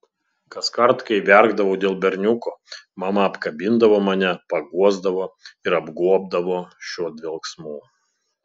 kaskart kai verkdavau dėl berniuko mama apkabindavo mane paguosdavo ir apgobdavo šiuo dvelksmu